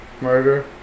murder